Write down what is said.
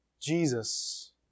Jesus